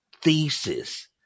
thesis